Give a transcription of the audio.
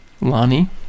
Lonnie